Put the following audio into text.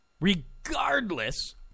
regardless